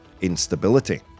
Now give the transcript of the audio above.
instability